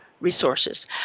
resources